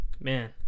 man